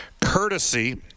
courtesy